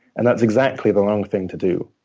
and that's exactly the wrong thing to do.